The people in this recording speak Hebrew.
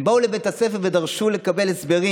הם באו לבית הספר ודרשו לקבל הסברים.